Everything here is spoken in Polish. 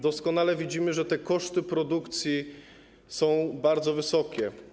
Doskonale widzimy, że te koszty produkcji są bardzo wysokie.